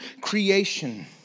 creation